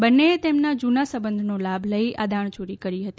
બંનેએ તેમના જુના સંબંધનો લાભ લઈ આ દાણચોરી કરી હતી